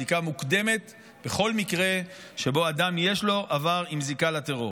בדיקה מוקדמת בכל מקרה שבו לאדם יש עבר עם זיקה לטרור.